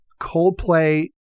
Coldplay